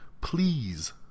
Please